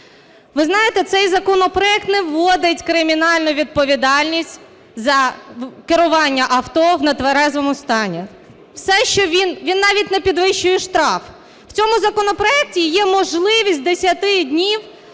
Ви знаєте, цей законопроект не вводить кримінальну відповідальність за керування авто в нетверезому стані. Він навіть не підвищує штраф. В цьому законопроекті є можливість 10 днів